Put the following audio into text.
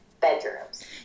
bedrooms